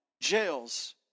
jails